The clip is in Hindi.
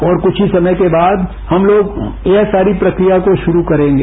और कुछ ही समय बाद हम लोग यह सारी प्रक्रिया को शुरू करेंगे